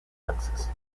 axis